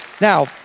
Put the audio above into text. Now